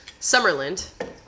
summerland